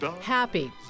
Happy